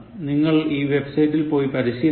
നിങ്ങൾ ഈ വെബ്സൈറ്റിൽ പോയി പരിശീലിക്കണം